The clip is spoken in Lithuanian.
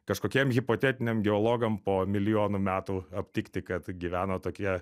kažkokiem hipotetiniam geologam po milijonų metų aptikti kad gyveno tokie